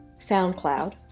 SoundCloud